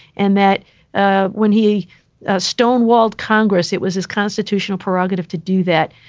and that ah when he stonewalled congress, it was his constitutional prerogative to do that.